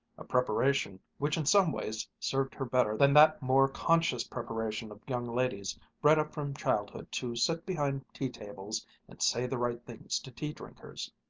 a preparation which in some ways served her better than that more conscious preparation of young ladies bred up from childhood to sit behind tea-tables and say the right things to tea-drinkers.